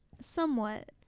Somewhat